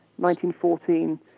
1914